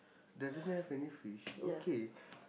doesn't have any fish okay